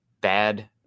bad